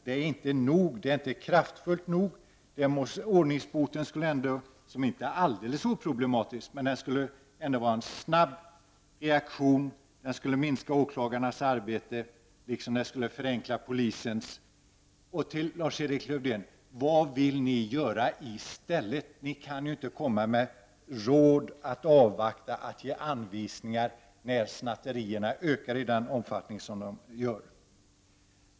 Det är inte nog, och det är inte kraftfullt nog. Ordningsboten — som inte är alldeles oproblematisk i sammanhanget — skulle innebära en snabb reaktion, den skulle minska åklagarnas arbete liksom den skulle förenkla polisens. Lars-Erik Lövdén, vad vill ni göra i stället? Ni kan ju inte komma med råd, avvakta och ge anvisningar när snatterierna ökar i den omfattning som nu sker.